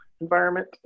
environment